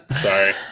sorry